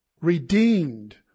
redeemed